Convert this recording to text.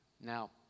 now